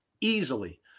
easily